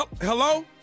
Hello